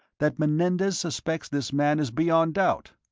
that menendez suspects this man is beyond doubt.